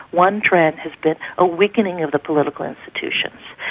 one trend has been a weakening of the political institutions.